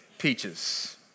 peaches